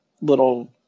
little